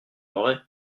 aurait